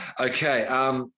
Okay